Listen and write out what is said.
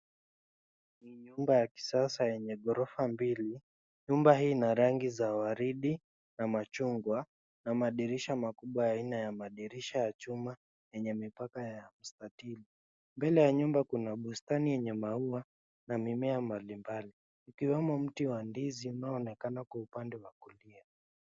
Ni nyumba ya kisasa yenye ghorofa mbili, nyumba hii ina rangi za waridi na machungwa na madirisha makubwa aina ya madirisha ya chuma yenye mpaka ya mstatili, mbele ya nyumba kuna bustani yenye maua na mimea mbalimbali kukiwemo mti wa ndizi unaooneakana kwa upande wa kulia.